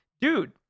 Dude